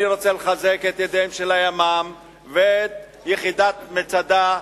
אני רוצה לחזק את ידיהם של הימ"מ ושל יחידת "מצדה",